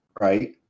right